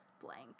blank